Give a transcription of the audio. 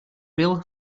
bill